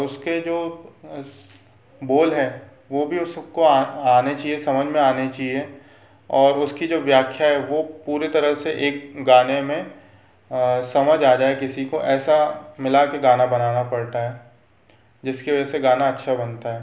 उसके जो बोल हैं वो भी उसको आने चाहिए समझ में आने चाहिए और उसकी जो व्याख्या है वो पूरे तरह से एक गाने में समझ आ जाए किसी को ऐसा मिला के गाना बनाना पड़ता है जिसके वह से गाना अच्छा बनता है